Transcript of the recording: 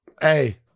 Hey